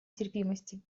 терпимости